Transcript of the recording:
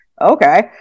Okay